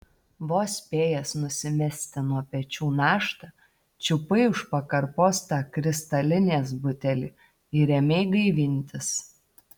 vos spėjęs nusimesti nuo pečių naštą čiupai už pakarpos tą kristalinės butelį ir ėmei gaivintis